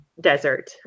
desert